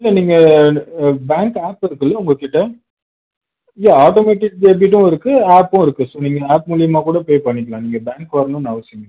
இல்லை நீங்கள் bank app இருக்குதில்ல உங்கக்கிட்ட இல்லை ஆட்டோமேட்டிக் டெபிட்டும் இருக்குது ஆப்பும் இருக்குது ஸோ நீங்கள் ஆப் மூலயமாக்கூட பே பண்ணிக்கலாம் நீங்கள் பேங்க் வரணும்னு அவசியம் இல்லை